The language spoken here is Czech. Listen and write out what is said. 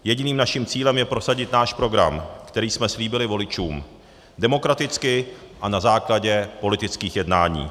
Jediným naším cílem je prosadit náš program, který jsme slíbili voličům, demokraticky a na základě politických jednání.